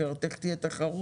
אחרת איך תהיה תחרות?